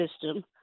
system